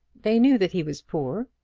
they knew that he was poor,